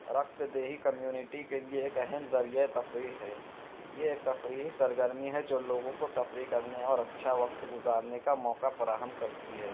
رقص دیہی کمیونٹی کے لیے ایک اہم ذریعۂ تفریح ہے یہ ایک تفریحی سرگرمی ہے جو لوگوں کو تفریح کرنے اور اچھا وقت گزارنے کا موقع فراہم کرتی ہے